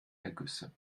ergüsse